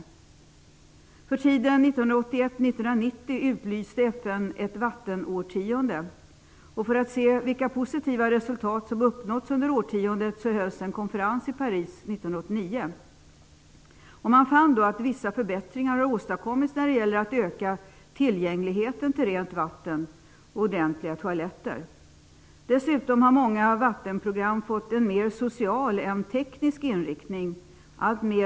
Perioden 1981--1990 utlyste FN som ett vattenårtionde. För att se vilka positiva resultat som uppnåtts under årtiondet hölls en konferens i Paris 1989. Man fann då att vissa förbättringar har åstadkommits när det gäller att öka tillgängligheten till rent vatten och ordentliga toaletter. Dessutom har många vattenprogram fått en mer social än teknisk inriktning.